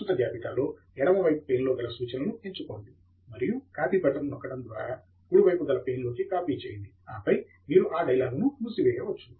ప్రస్తుత జాబితాలో ఎడమ వైపు పేన్ లో గల సూచనలను ఎంచుకోండి మరియు కాపీ బటన్ను నొక్కడం ద్వారా కుడి వైపు గల పేన్ లోకి కాపీ చేయండి ఆపై మీరు ఆ డైలాగ్ ను మూసివేయవచ్చు